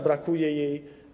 Brakuje jej.